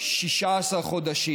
16 חודשים.